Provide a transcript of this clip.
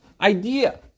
idea